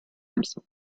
himself